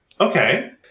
Okay